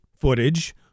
footage